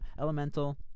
Elemental